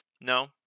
No